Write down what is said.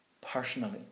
personally